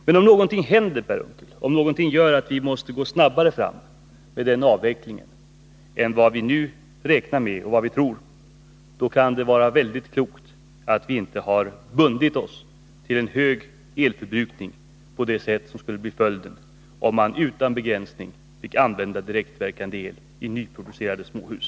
Men om någonting händer — om någonting gör att vi måste gå snabbare fram med den avvecklingen än vad vi nu räknar med — kan det vara väldigt klokt att vi inte har bundit oss till en stor elförbrukning på det sätt som skulle bli följden, om man utan begränsning fick använda direktverkande el i nyproducerade småhus.